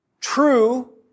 true